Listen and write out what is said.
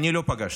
אני לא פגשתי.